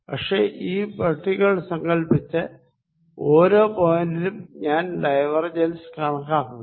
പക്ഷെ ഈ ബോക്സുകൾ സങ്കല്പിച്ച് ഓരോ പോയിന്റിലും ഞാൻ ഡൈവർജൻസ് കണക്കാക്കുന്നു